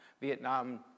Vietnam